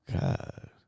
God